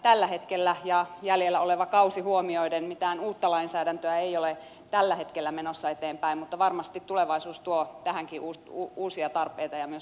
tällä hetkellä jäljellä oleva kausi huomioiden mitään uutta lainsäädäntöä ei ole menossa eteenpäin mutta varmasti tulevaisuus tuo tähänkin uusia tarpeita ja myös uuden lainsäädännön